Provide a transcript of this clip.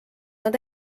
nad